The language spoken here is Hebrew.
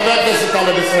חבר הכנסת טלב אלסאנע.